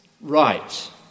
right